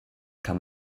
kann